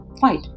fight